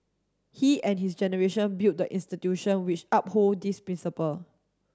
he and his generation built the institution which uphold these principle